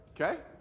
Okay